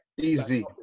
easy